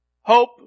Hope